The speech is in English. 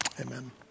Amen